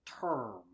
term